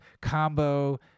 combo